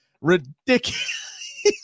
ridiculous